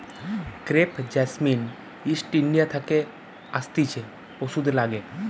crepe jasmine East India থাকে আসতিছে ওষুধে লাগে